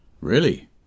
Really